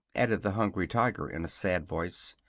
added the hungry tiger, in a sad voice.